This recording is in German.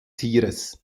tieres